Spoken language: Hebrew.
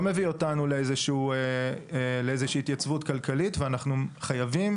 מביא אותנו לאיזושהי התייצבות כלכלית ואנחנו חייבים